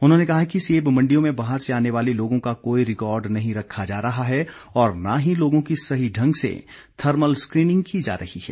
उन्होंने कहा कि सेब मंडियों में बाहर से आने वाले लोगों का कोई रिकॉर्ड नहीं रखा जा रहा है और न ही लोगों की सही ढंग से थर्मल स्कीनिंग की जा रही है